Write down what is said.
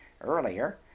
earlier